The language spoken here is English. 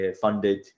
funded